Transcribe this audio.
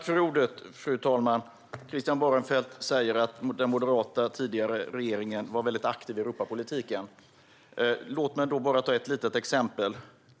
Fru talman! Christian Holm Barenfeld säger att den moderata tidigare regeringen var mycket aktiv i Europapolitiken. Låt mig bara ta ett exempel.